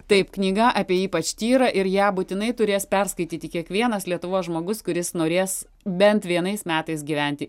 taip knyga apie ypač tyrą ir ją būtinai turės perskaityti kiekvienas lietuvos žmogus kuris norės bent vienais metais gyventi